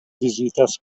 vizitas